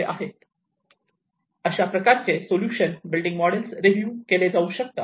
अशा प्रकारचे प्रकारचे सोल्युशन बिल्डिंग मॉडेल्स रिव्यू केले जाऊ शकतात